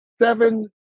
seven